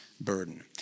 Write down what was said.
burden